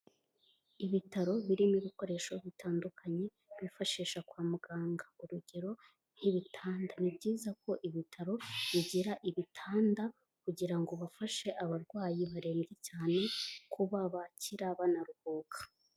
Ibitaro birimo ibikoresho bitandukanye bifashisha kwa muganga, urugero nk'ibitanda. Ni byiza ko ibitaro bigira ibitanda kugira ngo bafashe abarwayi barembye cyane kuba bakira banaruhuka.